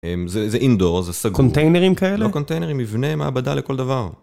זה Indoor, זה סגור. קונטיינרים כאלה? לא קונטיינרים, מבנה מעבדה לכל דבר.